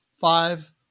five